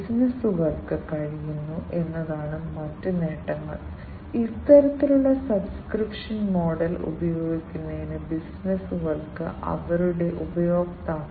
അതിനാൽ ഈ സെൻസറുകളുടെ വ്യത്യസ്ത കളിക്കാർ ഉണ്ട് വ്യത്യസ്ത തരം സെൻസറുകൾ വികസിപ്പിക്കുന്ന സെൻസർ നിർമ്മാതാക്കൾ അവിടെയുണ്ട്